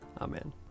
Amen